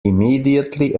immediately